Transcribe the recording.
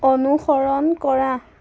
অনুসৰণ কৰা